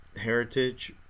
heritage